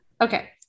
Okay